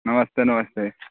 नमस्ते नमस्ते